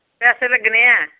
पैसे लग्गने न